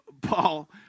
Paul